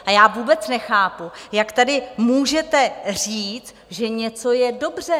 A já vůbec nechápu, jak tady můžete říct, že něco je dobře?